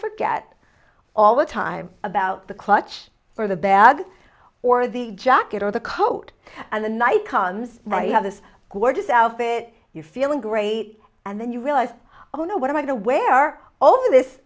forget all the time about the clutch or the bag or the jacket or the coat and the night comes right or this gorgeous outfit you're feeling great and then you realize oh no what am i to wear